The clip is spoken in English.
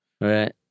Right